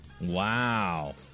Wow